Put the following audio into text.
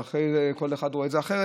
ואחרי זה כל אחד רואה את זה אחרת.